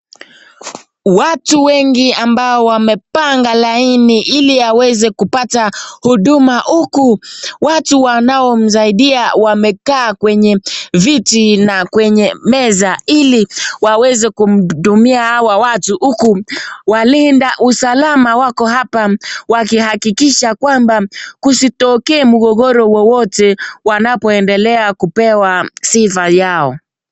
Watu wengi ambao wamepanga laini hili waweze kipata huduma huku , watu wanao wasaidia wamekaa kwenye viti na kwenye meza hili waweze kutumia hawa watu huku walinza usalama wako hapa wakiakikisha kwamba husitokee mgogoro wowote wanapoendelea kupewa sifa yao.